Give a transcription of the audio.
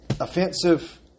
offensive